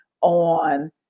on